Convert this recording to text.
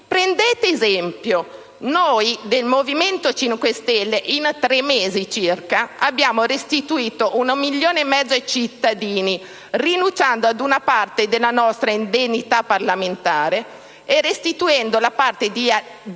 prendete esempio: noi del Movimento 5 Stelle, in circa tre mesi, abbiamo restituito un milione e mezzo ai cittadini, rinunciando ad una parte della nostra indennità parlamentare e restituendo la parte di diaria e